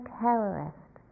terrorist